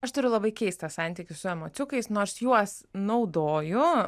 aš turiu labai keistą santykį su emociukais nors juos naudoju